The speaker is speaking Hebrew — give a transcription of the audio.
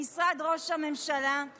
במשרד ראש הממשלה,